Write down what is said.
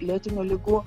lėtinių ligų